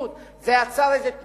זה גרם לאיזה שינוי במדיניות?